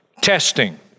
testing